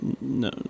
no